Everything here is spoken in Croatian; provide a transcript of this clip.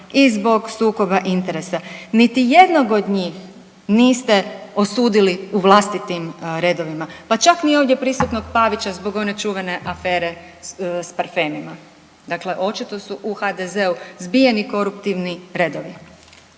i zbog sukoba interesa. Niti jednog od njih niste osudili u vlastitim redovima pa čak ni ovdje prisutnog Pavića zbog one čuvene afere s parfemima. Dakle, očito su u HDZ-u zbijeni koruptivni redovi.